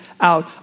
out